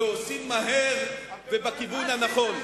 ועושים מהר, ובכיוון הנכון.